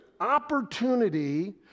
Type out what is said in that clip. opportunity